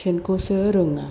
सेनखौसो रोंङा